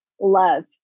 love